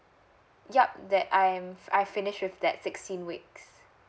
yup that I'm I finished with that sixteen weeks